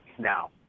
now